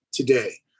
Today